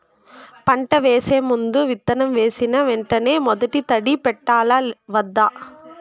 పంట వేసే ముందు, విత్తనం వేసిన వెంటనే మొదటి తడి పెట్టాలా వద్దా?